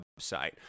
website